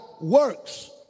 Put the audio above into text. works